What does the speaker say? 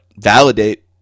validate